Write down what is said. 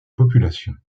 population